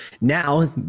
now